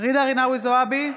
ג'ידא רינאוי זועבי,